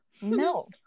No